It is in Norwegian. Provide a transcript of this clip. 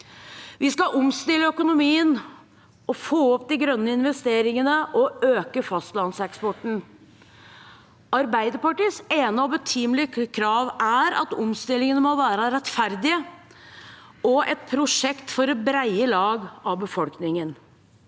Vi skal omstille økonomien og få opp de grønne investeringene og øke fastlandseksporten. Arbeiderpartiets ene og betimelige krav er at omstillingene må være rettferdige og et prosjekt for det brede lag av befolkningen.